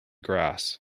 grass